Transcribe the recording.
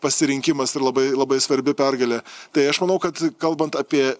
pasirinkimas ir labai labai svarbi pergalė tai aš manau kad kalbant apie